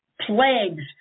plagues